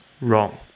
wrong